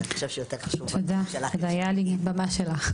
אני חושב שיותר חשוב הדברים שלך.